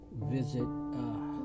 visit